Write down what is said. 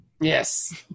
Yes